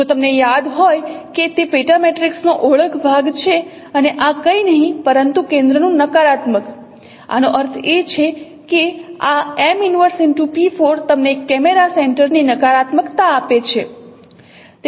જો તમને યાદ હોય કે તે પેટા મેટ્રિક્સનો ઓળખ ભાગ છે અને આ કંઈ નહીં પરંતુ કેન્દ્રનું નકારાત્મક આનો અર્થ એ કે આ M 1p4 તમને કેમેરા સેન્ટરની નકારાત્મકતા આપે છે